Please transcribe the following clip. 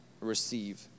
receive